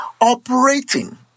operating